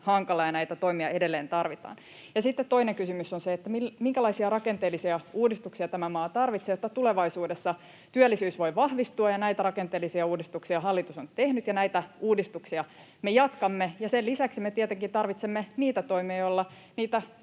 hankala, ja näitä toimia edelleen tarvitaan. Sitten toinen kysymys on se, minkälaisia rakenteellisia uudistuksia tämä maa tarvitsee, jotta tulevaisuudessa työllisyys voi vahvistua. Ja näitä rakenteellisia uudistuksia hallitus on tehnyt, ja näitä uudistuksia me jatkamme. Sen lisäksi me tietenkin tarvitsemme niitä toimia, joilla niitä